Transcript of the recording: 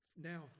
now